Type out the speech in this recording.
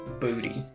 Booty